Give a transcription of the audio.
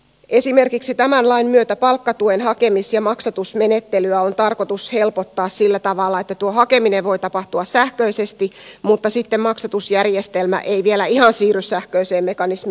esimerkiksi tämän lain myötä palkkatuen hakemis ja maksatusmenettelyä on tarkoitus helpottaa sillä tavalla että tuo hakeminen voi tapahtua sähköisesti mutta sitten maksatusjärjestelmä ei vielä ihan siirry sähköiseen mekanismiin